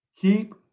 Keep